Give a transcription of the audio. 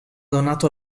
donato